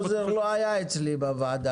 האוזר לא היה אצלי בוועדה.